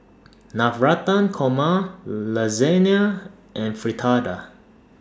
Navratan Korma Lasagna and Fritada